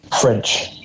French